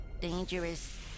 dangerous